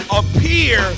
appear